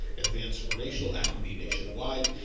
advance racial equity nationwide.